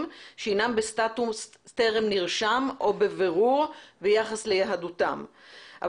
שהינם בסטטוס 'טרם נרשם' או 'בבירור' ביחס ליהדותם.